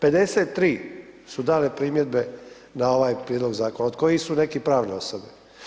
53 su dakle primjedbe na ovaj prijedlog zakona od kojih su neke pravne osobe.